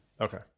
Okay